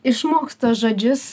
išmoksta žodžius